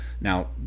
Now